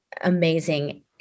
amazing